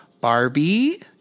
Barbie